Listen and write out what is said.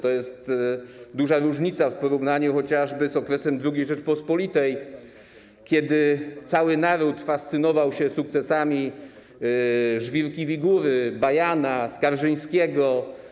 To jest duża różnica w porównaniu chociażby z okresem II Rzeczypospolitej, kiedy cały naród fascynował się sukcesami Żwirki i Wigury, Bajana, Skarżyńskiego.